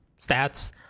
stats